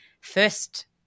first